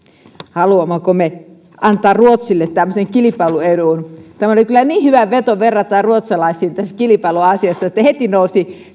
haluammeko me antaa ruotsille tämmöisen kilpailuedun tämä oli kyllä niin hyvä veto verrata ruotsalaisiin tässä kilpailuasiassa että heti nousi